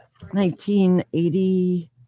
1980